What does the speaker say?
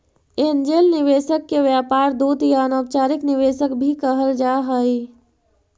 angel निवेशक के व्यापार दूत या अनौपचारिक निवेशक भी कहल जा हई